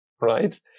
right